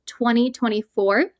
2024